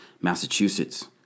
Massachusetts